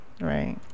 right